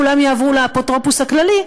כולם יעברו לאפוטרופוס הכללי.